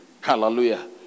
hallelujah